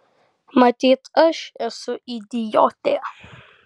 matyt aš esu idiotė